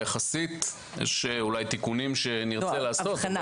יש אולי תיקונים שנרצה לעשות,